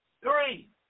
Three